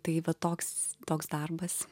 tai va toks toks darbas